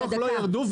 ירדו,